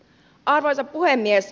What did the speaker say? arvoisa puhemies